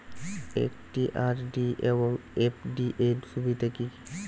একটি আর.ডি এবং এফ.ডি এর সুবিধা কি কি?